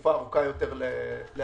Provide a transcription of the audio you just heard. בתקופה ארוכה יותר להארכה.